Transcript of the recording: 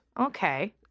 Okay